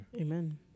Amen